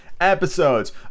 episodes